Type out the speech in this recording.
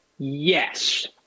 Yes